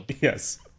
Yes